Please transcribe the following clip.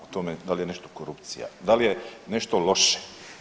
O tome da li je nešto korupcija, da li je nešto loše?